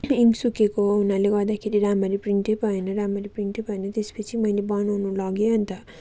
त्यो इन्क सुकेको हुनाले गर्दाखेरि राम्ररी प्रिन्टै भएन राम्ररी प्रिन्टै भएन त्यस पछि मैले बनाउनु लगे अन्त